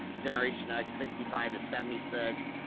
generation x sixty five to seventy six,